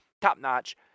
top-notch